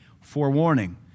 forewarning